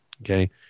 Okay